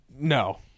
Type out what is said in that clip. No